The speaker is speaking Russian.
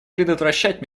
предотвращать